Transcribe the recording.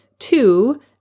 Two